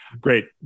Great